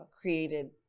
created